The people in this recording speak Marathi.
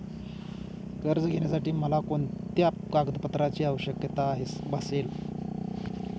कर्ज घेण्यासाठी मला कोणत्या कागदपत्रांची आवश्यकता भासेल?